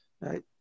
Right